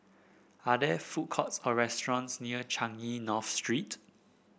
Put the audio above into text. are there food courts or restaurants near Changi North Street